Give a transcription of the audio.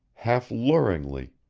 half-luringly,